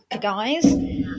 guys